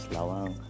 Lawang